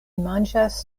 manĝas